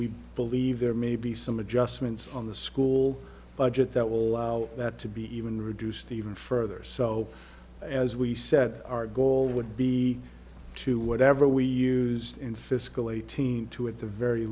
we believe there may be some adjustments on the school budget that will allow that to be even reduced even further so as we set our goal would be to whatever we used in fiscal eighteen to at the very